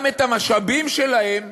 גם את המשאבים שלהם הם